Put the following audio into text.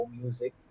music